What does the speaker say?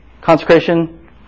consecration